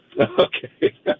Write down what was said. Okay